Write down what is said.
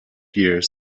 years